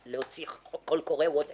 להוציא קול קורא או מה